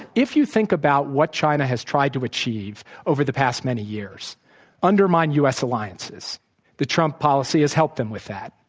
if you think about what china has tried to achieve over the past many years undermine u. s. alliances the trump policy has helped them with that.